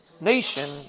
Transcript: nation